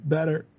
Better